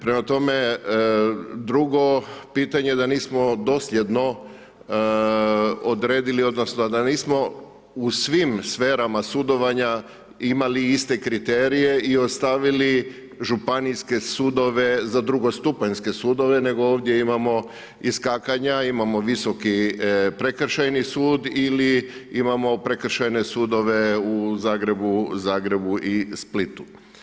Prema tome, drugo pitanje da nismo dosljedno odredili, odnosno da nismo u svim sferama imali iste kriterije i ostavili županijske sudove za drugostupanjske sudove nego ovdje imamo iskakanja, imamo Visoki prekršajni sud ili imamo Prekršajne sudove u Zagrebu i Splitu.